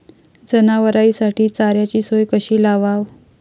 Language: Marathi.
जनावराइसाठी चाऱ्याची सोय कशी लावाव?